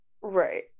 Right